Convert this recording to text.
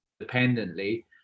independently